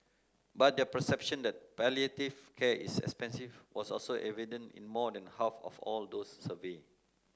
but their perception that palliative care is expensive was also evident in more than half of all those surveyed